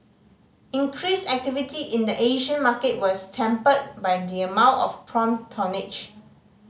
increased activity in the Asian market was tempered by the amount of prompt tonnage